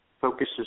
focuses